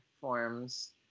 forms